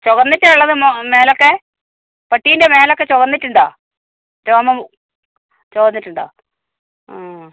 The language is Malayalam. ചുവന്നിട്ടാണോ ഉള്ളത് മേലൊക്കെ പട്ടീന്റെ മേലൊക്കെ ചുവന്നിട്ടുണ്ടോ രോമം ചുവന്നിട്ടുണ്ടോ ആ